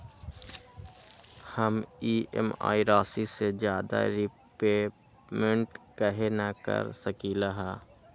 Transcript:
हम ई.एम.आई राशि से ज्यादा रीपेमेंट कहे न कर सकलि ह?